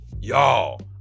y'all